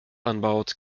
anbaut